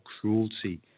cruelty